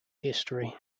history